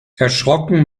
erschrocken